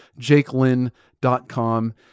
JakeLynn.com